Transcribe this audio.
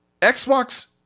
Xbox